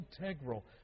integral